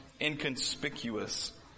inconspicuous